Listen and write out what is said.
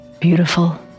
beautiful